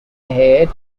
ahead